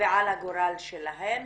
ועל הגורל שלהן,